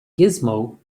gizmo